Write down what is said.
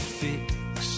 fix